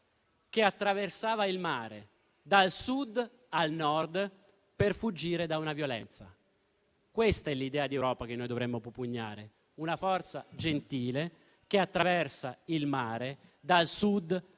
che attraversava il mare, dal Sud al Nord, per fuggire da una violenza. Questa è l'idea di Europa che noi dovremmo propugnare: una forza gentile che attraversa il mare, dal Sud al Nord,